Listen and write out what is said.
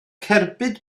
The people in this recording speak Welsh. cerbyd